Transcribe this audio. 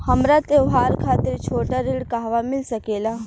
हमरा त्योहार खातिर छोटा ऋण कहवा मिल सकेला?